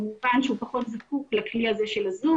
כמובן שהוא פחות זקוק לכלי הזה של ה-זום